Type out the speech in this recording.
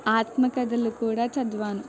ఆత్మకథలు కూడా చదివాను